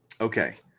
Okay